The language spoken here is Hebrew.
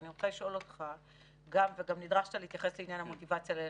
וגם נדרשת להתייחס לעניין המוטיבציה ללחימה,